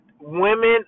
women